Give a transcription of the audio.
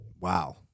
Wow